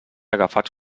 agafats